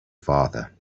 father